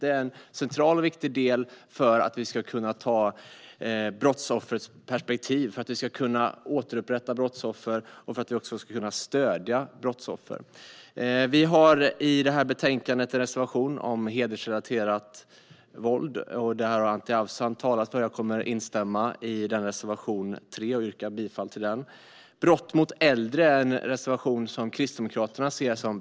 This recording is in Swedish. Det är en central och viktig del i att kunna ta brottsoffrets perspektiv, för att kunna återupprätta och stödja brottsoffer. Vi har en reservation i betänkandet om hedersrelaterat våld, som Anti Avsan har talat om. Jag instämmer i reservation 3 och yrkar bifall till den. Reservationen om våld mot äldre ser Kristdemokraterna som angelägen.